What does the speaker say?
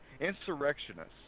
insurrectionists